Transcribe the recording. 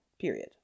period